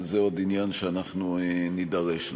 אבל זה עוד עניין שאנחנו נידרש לו.